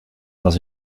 dans